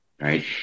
right